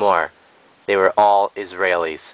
more they were all israelis